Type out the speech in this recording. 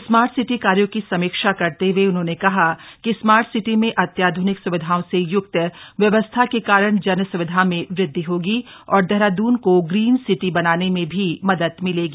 smart city कार्यों की समीक्षा करते हए उन्होंने कहा कि स्मार्ट सिटी में अत्याध्रनिक सुविधाओं से युक्त व्यवस्था के कारण जनस्विधा में वृद्धि होगी और देहरादून को ग्रीन सिटी बनाने में भी मदद मिलेगी